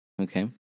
Okay